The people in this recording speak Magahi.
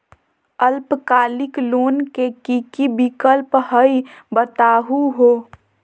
अल्पकालिक लोन के कि कि विक्लप हई बताहु हो?